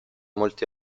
molte